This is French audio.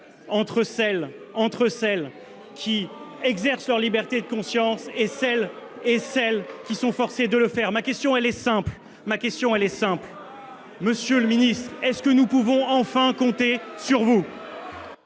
entre celles qui exercent leur liberté de conscience et celles et celles qui sont forcées de le faire. Ma question elle est simple, ma question elle est simple. Monsieur le ministre, est-ce que nous pouvons enfin compter sur vous ?